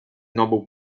nobel